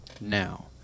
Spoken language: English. now